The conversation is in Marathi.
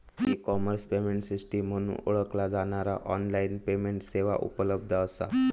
ई कॉमर्स पेमेंट सिस्टम म्हणून ओळखला जाणारा ऑनलाइन पेमेंट सेवा उपलब्ध असा